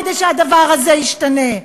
כדי שהדבר הזה ישתנה?